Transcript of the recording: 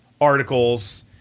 articles